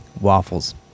waffles